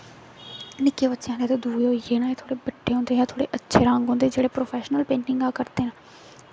निक्के बच्चें आह्लें ते दूए होई गे ना थोह्ड़े बच्चे उं'दे शा अच्छे रंग होंदे जेह्ड़े प्रौफैशनल पेंटिंगां करदे न